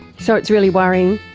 so it's really worrying.